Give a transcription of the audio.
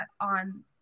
on